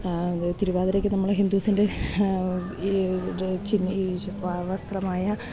തിരുവാതിരയ്ക്ക് നമ്മൾ ഹിന്ദുസിൻ്റെ ഈ വസ്ത്രമായ